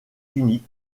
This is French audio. unis